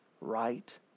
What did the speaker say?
right